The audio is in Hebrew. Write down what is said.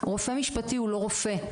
רופא משפטי הוא לא רופא.